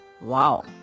Wow